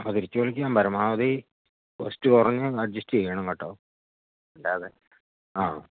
പരമാവധി കോസ്റ്റ് കുറഞ്ഞ് അഡ്ജസ്റ്റ് ചെയ്യണം കേട്ടോ അല്ലാതെ ആ